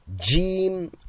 Jim